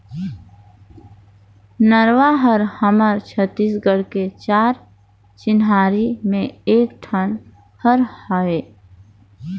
नरूवा हर हमर छत्तीसगढ़ के चार चिन्हारी में एक ठन हर हवे